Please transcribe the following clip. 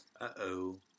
Uh-oh